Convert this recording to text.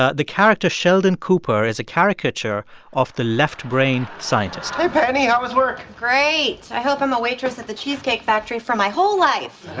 ah the character sheldon cooper is a caricature of the left-brain scientist hey, penny. how um was work? great. i hope i'm a waitress at the cheesecake factory for my whole life